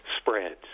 spreads